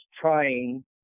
trying